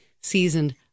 seasoned